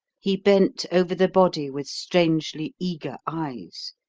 he bent over the body with strangely eager eyes,